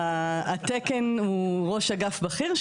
התקן הוא ראש אגף בכיר,